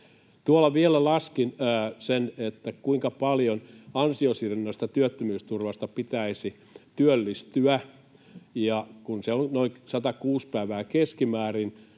suuntaan. Vielä laskin sen, kuinka paljon ansiosidonnaiselta työttömyysturvalta pitäisi työllistyä. Kun se on noin 106 päivää keskimäärin